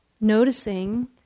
noticing